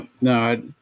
No